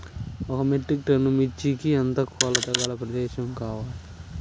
ఒక metric tonne మిర్చికి ఎంత కొలతగల ప్రదేశము కావాలీ?